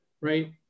right